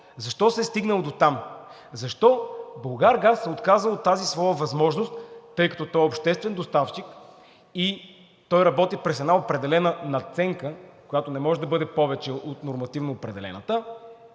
Защо се е стигнало дотам? Защо „Булгаргаз“ се е отказал от тази своя възможност, тъй като той е обществен доставчик и той работи през една определена надценка, която не може да бъде повече от нормативно определената,